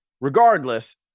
regardless